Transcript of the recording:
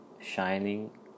shining